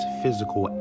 physical